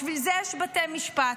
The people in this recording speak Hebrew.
בשביל זה יש בתי משפט.